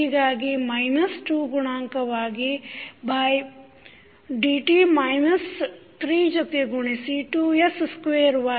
ಹೀಗಾಗಿ ಮೈನಸ್ 2 ಗುಣಾಂಕವಾಗಿ by dt minus 3 ಜೊತೆಗೆ ಗುಣಿಸಿ 2s ಸ್ಕ್ವೇರ್ y